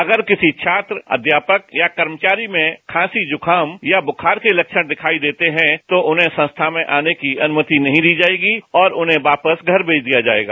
अगर किसी छात्र अध्यापक या कर्मचारी में खांसी जुकाम या ब्रुखार के लक्षण दिखाई देते हैं तो उन्हें संस्था में आने की अनुमति नहीं दी जाएगी और उन्हें वापस घर भेज दिया जाएगा